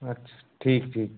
अच्छा ठीक ठीक